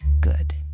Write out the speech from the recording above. good